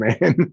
man